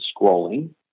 scrolling